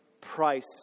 price